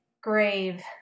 grave